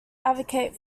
advocate